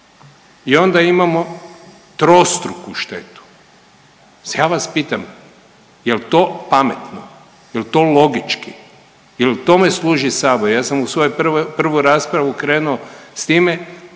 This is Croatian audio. i onda imamo trostruku štetu. Ja vas pitam jel to pametno? Jel to logički? Je li tome služi sabor? Ja sam u svojoj prvoj, prvu raspravu krenuo s time